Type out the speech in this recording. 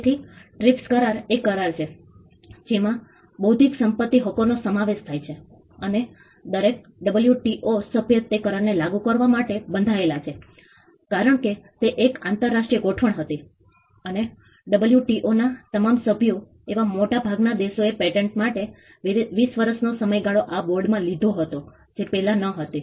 તેથી ટ્રિપ્સ કરાર એ કરાર છે જેમાં બૌદ્ધિક સંપત્તિ હકોનો સમાવેશ થાય છે અને દરેક WTO સભ્ય તે કરારને લાગુ કરવા માટે બંધાયેલા છે કારણ કે તે એક આંતરરાષ્ટ્રીય ગોઠવણ હતી અને WTO ના તમામ સભ્યો એવા મોટાભાગના દેશોએ પેટર્ન માટે 20 વર્ષનો સમયગાળો આ બોર્ડમાં લીધો હતો જે પહેલાં ન હતી